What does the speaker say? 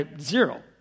zero